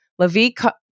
LaVie